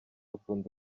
akunda